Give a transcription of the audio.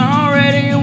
already